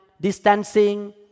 distancing